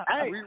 Hey